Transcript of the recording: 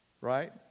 right